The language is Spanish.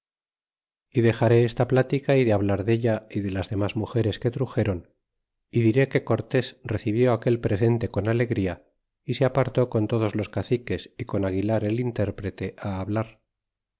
y dexaré esta plática y de hablar della y de las denlas mugeres que truxéron y diré que cortés recibió aquel presente con alegría y se apartó con todos los caciques y con aguilar el intérprete hablar